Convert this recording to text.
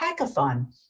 hackathon